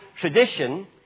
tradition